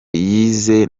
yize